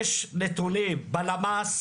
יש נתונים בלמ"ס,